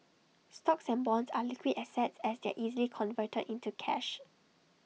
stocks and bonds are liquid assets as they are easily converted into cash